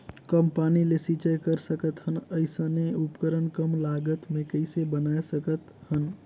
कम पानी ले सिंचाई कर सकथन अइसने उपकरण कम लागत मे कइसे बनाय सकत हन?